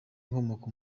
inkomoko